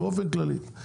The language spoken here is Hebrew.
באופן כללי.